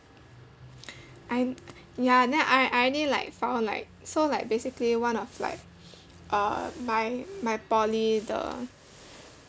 I ya then I I already like found like so like basically one of like uh my my poly the